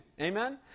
Amen